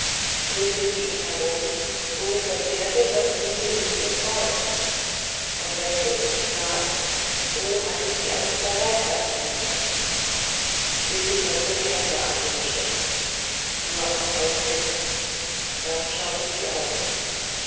drückte sie ihn herum so verzehrte das nihilit den freund und wenn sie es nicht tat so hatte sie einen verräter entfliehen lassen sie preßte die hände an ihre stirn nur einen augenblick dann schaute sie auf